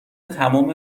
تمام